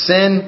Sin